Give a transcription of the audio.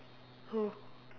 who